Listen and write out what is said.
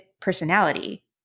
personality